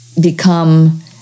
become